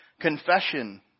confession